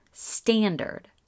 standard